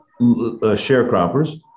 sharecroppers